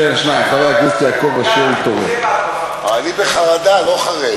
שניים: חבר הכנסת יעקב אשר, אני בחרדה, לא חרד.